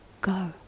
go